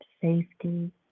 safety